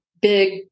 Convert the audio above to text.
big